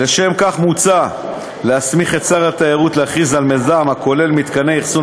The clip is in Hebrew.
לשם כך מוצע להסמיך את שר התיירות להכריז על מיזם הכולל מתקני אכסון